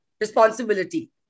responsibility